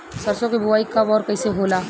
सरसो के बोआई कब और कैसे होला?